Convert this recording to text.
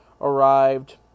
arrived